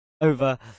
Over